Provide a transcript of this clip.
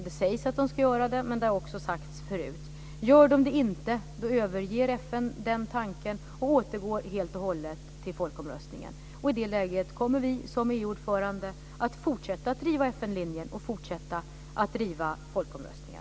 Det sägs att man ska göra det, men det har också sagts förut. Gör man det inte överger FN den tanken och återgår helt och hållet till folkomröstningen. I det läget kommer vi som EU ordförande att fortsätta att driva FN-linjen och fortsätta att driva folkomröstningen.